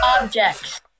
objects